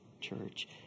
church